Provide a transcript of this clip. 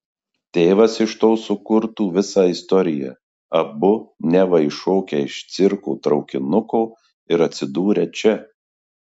tėvas iš to sukurtų visą istoriją abu neva iššokę iš cirko traukinuko ir atsidūrę čia